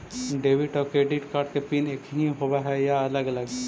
Debit और credit card के PIN एकही होव हइ या अलग अलग?